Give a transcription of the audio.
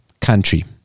country